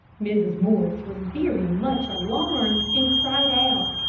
mrs. morris was very much alarmed, and cried out,